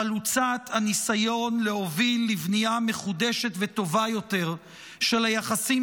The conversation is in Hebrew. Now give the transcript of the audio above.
חלוצת הניסיון להוביל לבנייה מחודשת וטובה יותר של היחסים